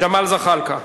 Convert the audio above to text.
ג'מאל זחאלקה.